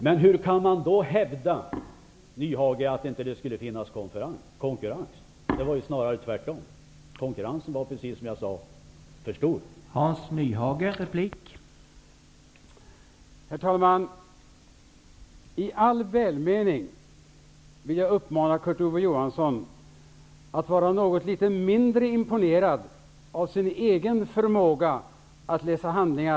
Men hur kan man då hävda, Hans Nyhage, att det inte skulle finnas konkurrens? Det var ju snarare tvärtom. Konkurrensen var, precis som jag sade, för stor.